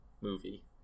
movie